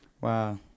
wow